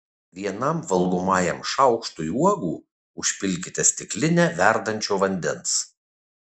vienam valgomajam šaukštui uogų užpilkite stiklinę verdančio vandens